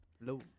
Low